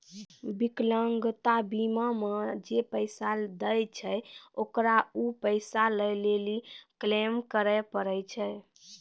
विकलांगता बीमा मे जे पैसा दै छै ओकरा उ पैसा लै लेली क्लेम करै पड़ै छै